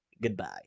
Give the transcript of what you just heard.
Goodbye